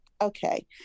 Okay